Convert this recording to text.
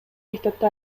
мектепти